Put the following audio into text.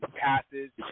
passes